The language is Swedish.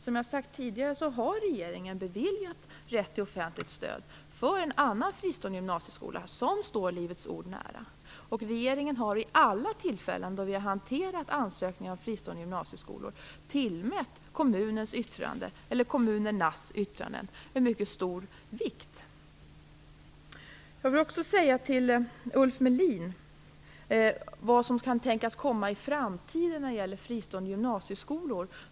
Som jag tidigare har sagt har regeringen beviljat rätt till offentligt stöd för en annan fristående gymnasieskola som står Livets Ord nära. Regeringen har vid alla tillfällen som ansökningar från fristående gymnasieskolor hanterats tillmätt kommunernas yttranden mycket stor vikt. Till Ulf Melin vill jag säga något om vad som kan tänkas komma i framtiden vad gäller fristående gymnasieskolor.